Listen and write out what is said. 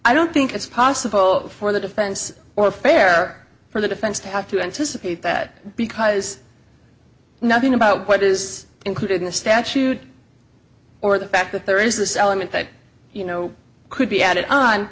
i don't think it's possible for the defense or fair for the defense to have to anticipate that because nothing about what is included in the statute or the fact that there is this element that you know could be added on